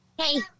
hey